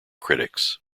critics